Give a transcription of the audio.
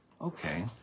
okay